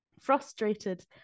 frustrated